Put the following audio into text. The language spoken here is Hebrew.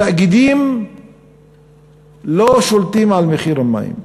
התאגידים לא שולטים על מחיר המים.